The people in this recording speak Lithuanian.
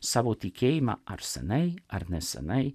savo tikėjimą ar senai ar nesenai